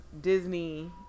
Disney